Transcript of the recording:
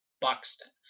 Buxton